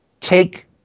take